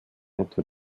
etwa